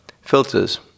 filters